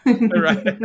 Right